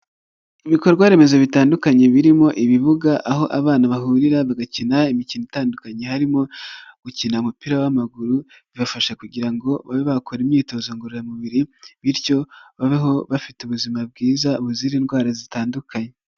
Ibikorwaremezo bitandukanye birimo ibibuga aho abana bahurira bagakina imikino itandukanye, harimo gukina umupira w'amaguru bibafasha kugira ngo babe bakora imyitozo ngororamubiri bityo babeho bafite ubuzima bwiza buzira indwara zitandukanye.